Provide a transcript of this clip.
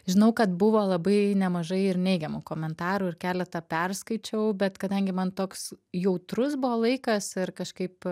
žinau kad buvo labai nemažai ir neigiamų komentarų ir keletą perskaičiau bet kadangi man toks jautrus buvo laikas ir kažkaip